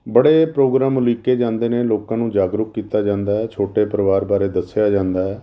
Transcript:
ਬੜੇ ਪ੍ਰੋਗਰਾਮ ਉਲੀਕੇ ਜਾਂਦੇ ਨੇ ਲੋਕਾਂ ਨੂੰ ਜਾਗਰੂਕ ਕੀਤਾ ਜਾਂਦਾ ਛੋਟੇ ਪਰਿਵਾਰ ਬਾਰੇ ਦੱਸਿਆ ਜਾਂਦਾ ਹੈ